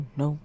no